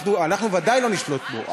אנחנו ודאי לא נשלוט בו,